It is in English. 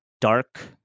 dark